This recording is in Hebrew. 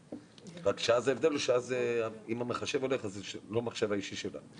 רק שההבדל הוא שאם המחשב הולך אז זה לא המחשב האישי שלה.